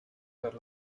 per